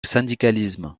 syndicalisme